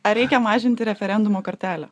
ar reikia mažinti referendumo kartelę